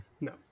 No